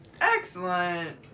Excellent